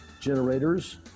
generators